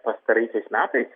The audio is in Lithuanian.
pastaraisiais metais